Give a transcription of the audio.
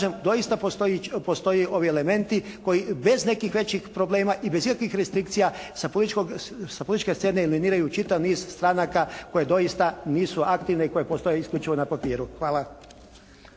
doista postoje ovi elementi koji bez nekih većih problema i bez ikakvih restrikcija sa političke scene eliminiraju čitav niz stranaka koje doista nisu aktivne i koje postoje isključivo na papiru. Hvala.